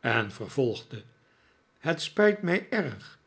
en vervolgde het spijt mij erg